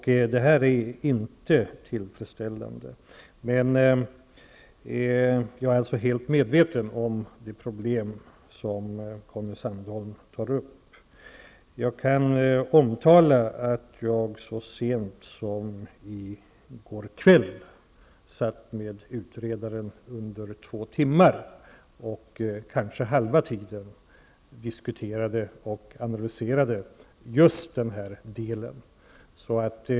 Det är inte tillfredsställande. Jag är helt medveten om det problem som Conny Sandholm tar upp. Jag kan omtala att jag så sent som i går kväll satt med utredaren under två timmar. Kanske halva tiden diskuterade vi och analyserade just denna del.